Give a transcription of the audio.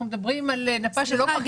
אנחנו מדברים על נפה שלא כל כך השתנתה.